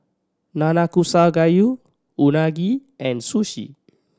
Nanakusa Gayu Unagi and Sushi